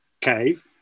Cave